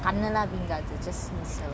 அண்ணனா:annana been காச்ச:kaacha just sneeze so